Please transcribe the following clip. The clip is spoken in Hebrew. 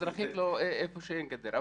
מזרחית לו, איפה שאין גדר.